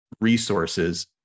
resources